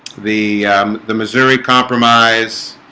the the missouri compromise